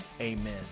amen